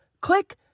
Click